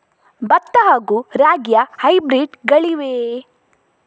ಭತ್ತ ಹಾಗೂ ರಾಗಿಯ ಹೈಬ್ರಿಡ್ ಗಳಿವೆಯೇ?